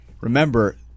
remember